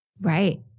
Right